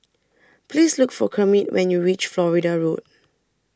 Please Look For Kermit when YOU REACH Florida Road